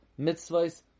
mitzvahs